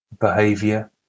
behavior